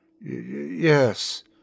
Yes